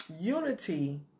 Unity